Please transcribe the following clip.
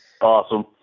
Awesome